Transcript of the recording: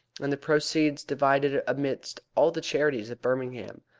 and the proceeds divided amidst all the charities of birmingham.